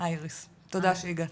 תודה שהגעת.